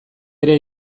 ere